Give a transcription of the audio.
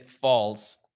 false